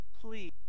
Please